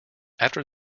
after